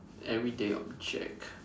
an everyday object